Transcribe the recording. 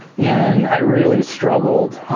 and i really struggled